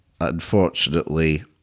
unfortunately